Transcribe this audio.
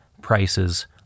prices